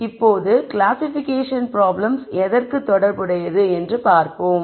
இப்போது classification problems எதற்கு தொடர்புடையது என்று பார்ப்போம்